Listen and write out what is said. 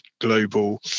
global